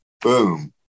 Boom